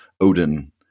Odin